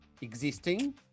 Existing